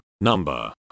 number